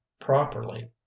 properly